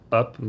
up